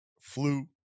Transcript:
flu